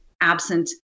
absent